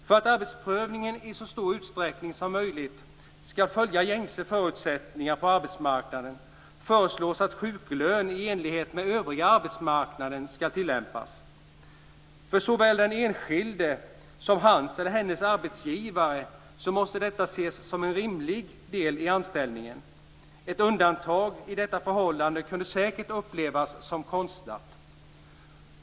För att arbetsprövningen i så stor utsträckning som möjligt ska följa gängse förutsättningar på arbetsmarknaden föreslås att sjuklön i enlighet med övriga arbetsmarknaden ska tillämpas. För såväl den enskilde som hans eller hennes arbetsgivare måste detta ses som en rimlig del i anställningen. Ett undantag i detta förhållande kunde säkert upplevas som konstlat.